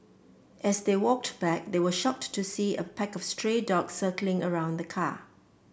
as they walked back they were shocked to see a pack of stray dogs circling around the car